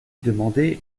demandait